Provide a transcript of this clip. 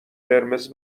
قرمز